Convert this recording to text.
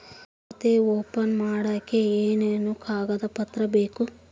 ಖಾತೆ ಓಪನ್ ಮಾಡಕ್ಕೆ ಏನೇನು ಕಾಗದ ಪತ್ರ ಬೇಕು?